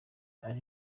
ari